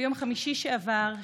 ביום חמישי שעבר,